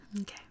Okay